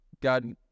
God